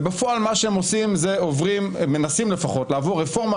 ובפועל מה שהם עושים זה עוברים הם מנסים לפחות רפורמה,